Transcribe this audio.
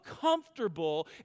comfortable